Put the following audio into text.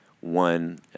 One